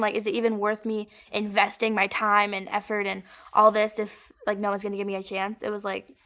is it even worth me investing my time and effort and all this if like no one's going to give me a chance? it was like,